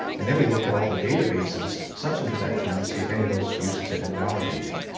and then we looked at all the databases subsequent to that time, to see if any of those uses had been validated.